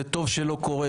שטוב שלא קורה,